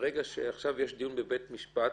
מהרגע שעכשיו יש דיון בבית משפט,